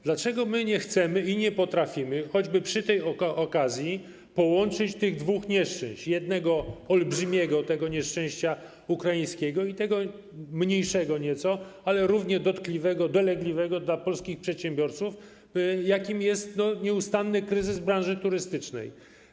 Dlaczego my nie chcemy i nie potrafimy, choćby przy tej okazji, połączyć tych dwóch nieszczęść: jednego, tego olbrzymiego nieszczęścia ukraińskiego, i tego mniejszego nieco, ale równie dotkliwego, dolegliwego dla polskich przedsiębiorców, jakim jest nieustanny kryzys w branży turystycznej?